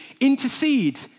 intercede